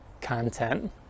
content